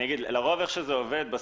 לרוב איך שזה עובד,